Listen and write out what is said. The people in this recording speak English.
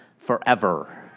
forever